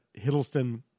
Hiddleston